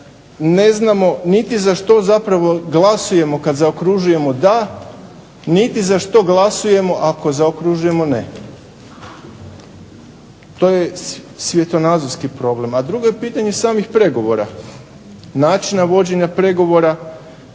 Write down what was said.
ne znamo niti za što zapravo glasujemo kada zaokružimo "DA" niti za što glasujemo ako zaokružimo "Ne". To je svjetonazorski problem, a drugo je pitanje samih pregovora, načina vođenja pregovora,